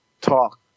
talk